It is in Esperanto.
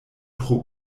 tro